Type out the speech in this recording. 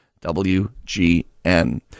WGN